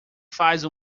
faz